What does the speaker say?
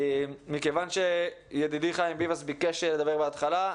מכיוון שידידי חיים ביבס ביקשת לדבר בהתחלה,